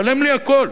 שלם לי הכול.